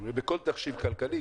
בכל תחשיב כלכלי,